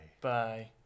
Bye